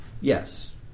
Yes